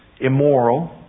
immoral